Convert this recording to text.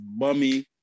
bummy